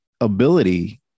ability